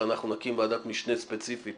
לא, לא, לא, סליחה.